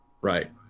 Right